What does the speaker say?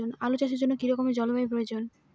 আলু চাষের জন্য কি রকম জলবায়ুর প্রয়োজন?